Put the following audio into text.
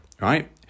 right